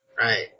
Right